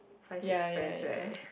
ya ya ya